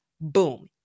Boom